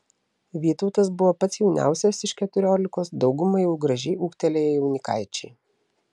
vytautas buvo pats jauniausias iš keturiolikos dauguma jau gražiai ūgtelėję jaunikaičiai